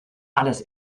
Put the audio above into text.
alles